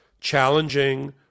challenging